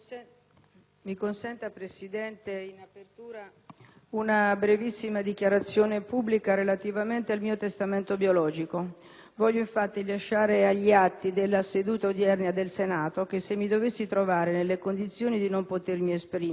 Mi consenta, signor Presidente, in apertura una brevissima dichiarazione pubblica relativamente al mio testamento biologico. Voglio, infatti, lasciare agli atti della seduta odierna del Senato che, se mi dovessi trovare nelle condizioni di non potermi esprimere,